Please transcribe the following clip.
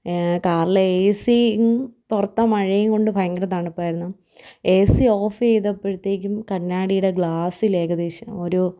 കാറിലെ എ സിയും പുറത്തെ മഴയുംകൊണ്ട് ഭയങ്കര തണുപ്പായിരുന്നു എ സി ഓഫെയ്തപ്പോഴത്തേക്കും കണ്ണാടിയുടെ ഗ്ലാസ്സിലേകദേശം ഒരു